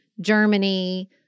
Germany